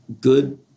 good